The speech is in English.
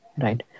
Right